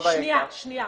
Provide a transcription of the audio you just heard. מה הבעיה איתה?